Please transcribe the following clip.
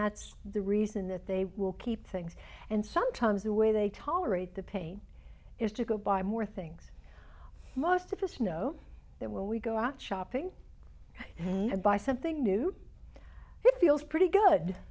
that's the reason that they will keep things and sometimes the way they tolerate the pain is to go buy more things most of us know that when we go out shopping and buy something new this feels pretty good